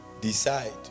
decide